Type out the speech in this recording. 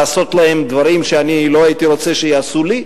לעשות להם דברים שאני לא הייתי רוצה שיעשו לי,